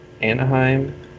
Anaheim